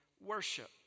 worship